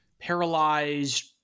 paralyzed